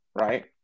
right